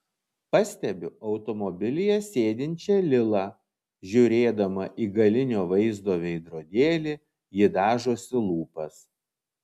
pastebiu automobilyje sėdinčią lilą žiūrėdama į galinio vaizdo veidrodėlį ji dažosi lūpas